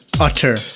utter